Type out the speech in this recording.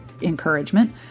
encouragement